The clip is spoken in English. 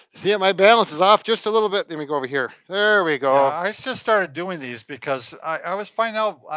see, yeah my balance is off just a little bit. let me go over here, there we go. i just started doing these because, i was fine now,